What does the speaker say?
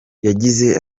yagize